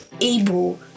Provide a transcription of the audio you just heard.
able